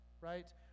right